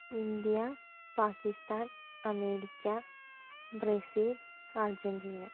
India Pakistan America Brazil Argentina